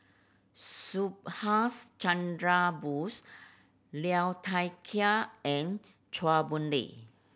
Subhas Chandra Bose Liu Thai Ker and Chua Boon Lay